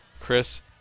chris